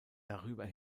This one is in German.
darüber